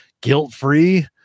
guilt-free